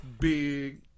Big